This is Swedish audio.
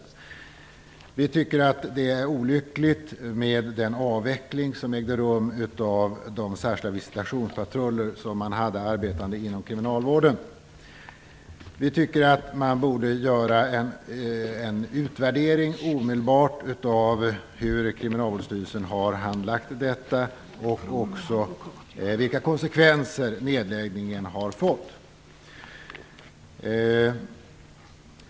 Vi kristdemokrater tycker att det är olyckligt med den avveckling som ägde rum av de särskilda visitationspatruller som man hade arbetande inom kriminalvården. Vi tycker att man borde göra en utvärdering omedelbart av hur Kriminalvårdsstyrelsen har handlagt detta och undersöka vilka konsekvenser nedläggningen har fått.